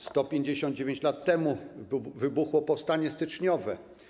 159 lat temu wybuchło powstanie styczniowe.